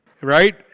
Right